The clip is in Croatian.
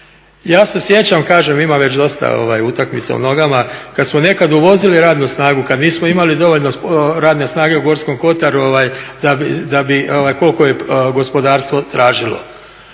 Ja se sjećam, kažem ima već dosta utakmica u nogama, kad smo nekad uvozili radnu snagu, kad nismo imali dovoljno radne snage u Gorskom kotaru da bi koliko je gospodarstvo tražilo.